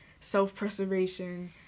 self-preservation